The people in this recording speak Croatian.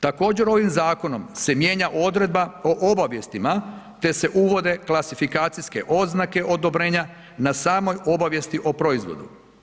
Također ovim zakonom se mijenja odredba o obavijestima te se uvode klasifikacijske oznake odobrenja na samoj obavijesti o proizvodu.